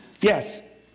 Yes